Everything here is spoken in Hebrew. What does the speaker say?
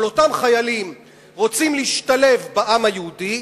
אבל אותם חיילים רוצים להשתלב בעם היהודי,